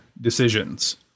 decisions